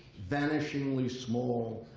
vanishingly small,